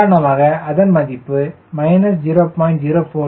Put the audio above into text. உதாரணமாக அதன் மதிப்பை 0